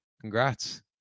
Congrats